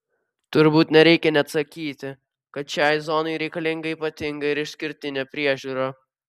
turbūt nereikia net sakyti kad šiai zonai reikalinga ypatinga ir išskirtinė priežiūra